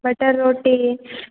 butter roti